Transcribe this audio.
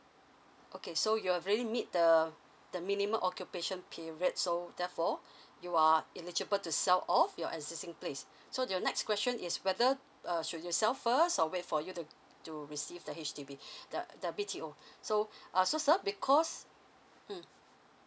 okay so you've already meet the the minimum occupation period so therefore you are eligible to sell off your existing place so your next question is whether uh should you sell it first or wait for you to to receive the H_D_B the the B_T_O so uh so sir because mm